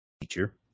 teacher